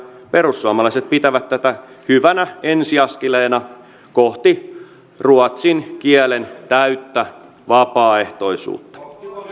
perussuomalaiset pitävät tätä hyvänä ensiaskeleena kohti ruotsin kielen täyttä vapaaehtoisuutta